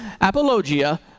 apologia